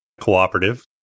Cooperative